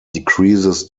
decreases